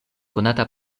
konata